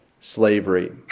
slavery